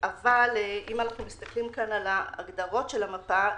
אבל אם אנחנו מסתכלים פה על ההגדרות של המפה,